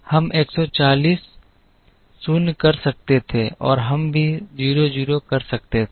हम 140 0 कर सकते थे और हम भी 0 0 कर सकते थे